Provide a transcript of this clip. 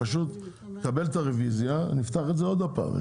נקבל את הרביזיה נפתח את זה עוד פעם,